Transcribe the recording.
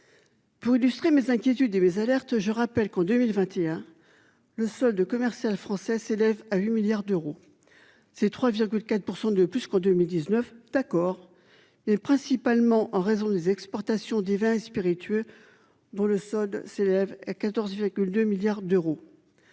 Pour illustrer mes inquiétudes et des alertes je rappelle qu'en 2021. Le solde commercial français s'élève à 8 milliards d'euros. Ces 3,4% de plus qu'en 2019. D'accord et principalement en raison des exportations des vins et spiritueux dont le solde s'élève à 14,2 milliards d'euros.